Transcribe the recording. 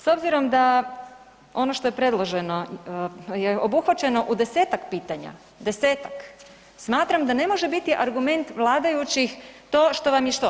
S obzirom da ono što je predloženo obuhvaćeno u 10-tak pitanja, 10-tak smatram da ne može biti argument vladajućih to što vam je što?